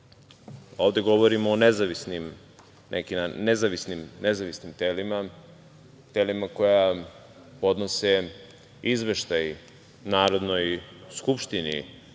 ovde govorimo o nezavisnim telima, telima koja podnose izveštaje Narodnoj skupštini